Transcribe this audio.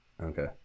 Okay